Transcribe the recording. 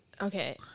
okay